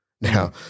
Now